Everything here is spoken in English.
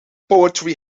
poetry